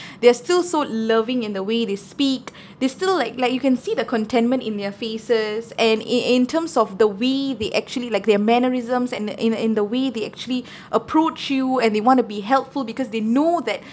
they are still so loving in the way they speak they still like like you can see the contentment in their faces and in in in terms of the way they actually like their mannerisms and uh in the in the way they actually approach you and they want to be helpful because they know that